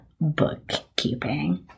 bookkeeping